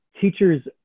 teachers